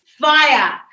fire